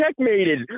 checkmated